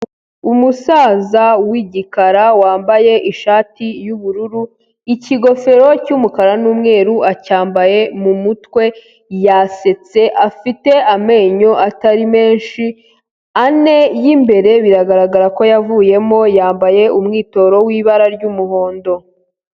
Umusaza w'igikara wambaye ishati y'ubururu, ikigofero cy'umukara n'umweru acyambaye mu mutwe, yasetse afite amenyo atari menshi, ane y'imbere biragaragara ko yavuyemo, yambaye umwitero w'ibara ry'umuhondo.